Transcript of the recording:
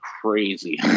crazy